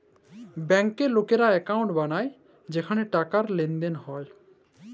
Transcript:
ব্যাংকে লকেরা একউন্ট বালায় যেখালে টাকার লেনদেল হ্যয়